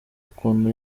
ukuntu